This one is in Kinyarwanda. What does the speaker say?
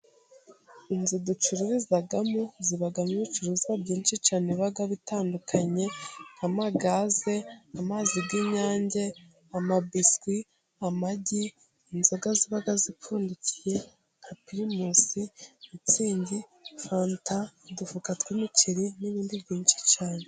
Inzu ducururizamo zibamo ibicuruzwa byinshi cyane biba bitandukanye nka magaze, amazi y'inyange, amabiswi, amagi, inzoga ziba zipfundikiye nka pirimusi, mitsingi, fanta, udufuka tw'imiceri n'ibindi byinshi cyane.